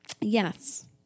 yes